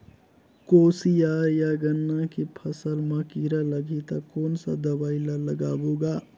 कोशियार या गन्ना के फसल मा कीरा लगही ता कौन सा दवाई ला लगाबो गा?